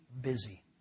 busy